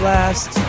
Last